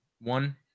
one